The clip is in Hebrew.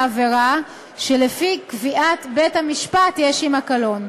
בעבירה שלפי קביעת בית-המשפט יש עמה קלון.